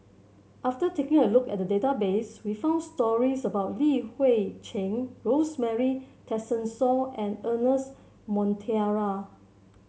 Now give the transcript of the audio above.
after taking a look at the database we found stories about Li Hui Cheng Rosemary Tessensohn and Ernest Monteiro